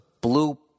blue